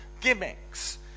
gimmicks